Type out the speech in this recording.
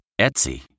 Etsy